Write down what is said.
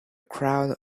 crowd